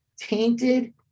tainted